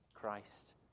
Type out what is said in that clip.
Christ